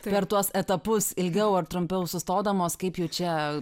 per tuos etapus ilgiau ar trumpiau sustodamos kaip jau čia